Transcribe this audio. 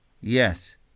Yes